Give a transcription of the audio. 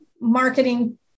marketing